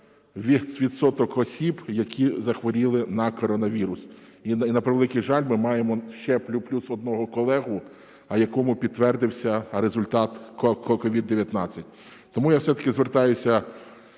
відсоток осіб, які захворіли на коронавірус, і, на превеликий жаль, ми маємо ще плюс одного колегу, у якого підтвердився результат COVID-19. Тому я все-таки звертаюся